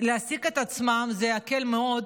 להעסיק את עצמם, זה יקל מאוד